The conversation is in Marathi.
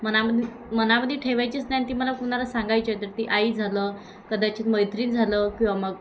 मनामध्ये मनामध्ये ठेवायचीच नाही न ती मला कुणाला सांगायचीय तर ती आई झालं कदाचित मैत्रीण झालं किंवा मग